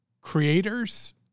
creators